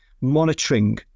monitoring